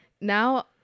now